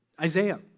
Isaiah